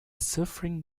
suffering